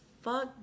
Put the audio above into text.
fuck